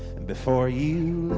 and before you